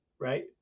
right